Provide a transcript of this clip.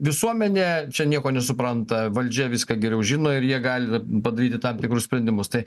visuomenė čia nieko nesupranta valdžia viską geriau žino ir jie gali padaryti tam tikrus sprendimus tai